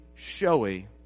showy